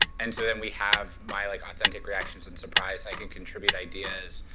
and so then we have my like authentic reactions and surprise. i can contribute ideas.